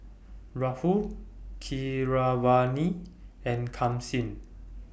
Rahul Keeravani and Kanshi